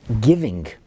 giving